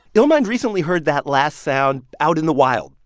illmind recently heard that last sound out in the wild.